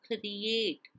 create